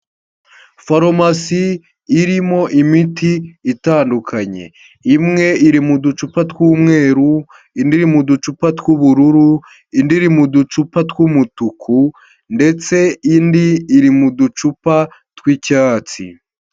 Farumasi irimo imiti itandukanye, imwe iri mu ducupa tw'umweru, indi mu ducupa tw'ubururu, indi mu ducupa tw'umutuku, ndetse indi iri mu ducupa tw'icyatsi.